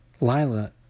Lila